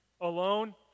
Alone